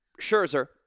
Scherzer